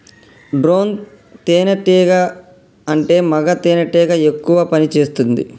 drone తేనే టీగా అంటే మగ తెనెటీగ ఎక్కువ పని చేస్తుంది